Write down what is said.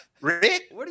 Rick